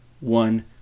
one